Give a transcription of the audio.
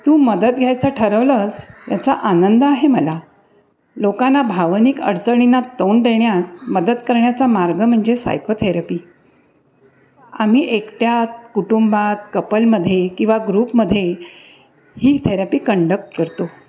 तू मदत घ्यायचं ठरवलंस याचा आनंद आहे मला लोकांना भावनिक अडचणींना तोंड देण्यात मदत करण्याचा मार्ग म्हणजे सायकोथेरपी आम्ही एकट्यात कुटुंबात कपलमध्ये किंवा ग्रुपमध्ये ही थेरपी कंडक्ट करतो